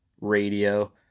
radio